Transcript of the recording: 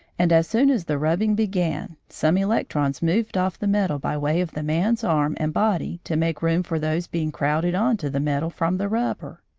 and as soon as the rubbing began, some electrons moved off the metal by way of the man's arm and body to make room for those being crowded on to the metal from the rubber.